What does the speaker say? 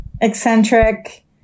eccentric